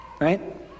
Right